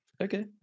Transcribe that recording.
Okay